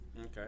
Okay